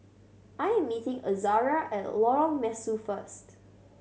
I am meeting Azaria at Lorong Mesu first